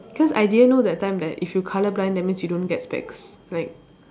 cause I didn't know that time that if you colour blind that means you don't get specs like